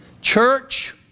Church